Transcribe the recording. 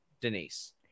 Denise